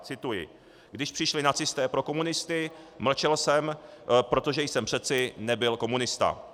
Cituji: Když přišli nacisté pro komunisty, mlčel jsem, protože jsem přece nebyl komunista.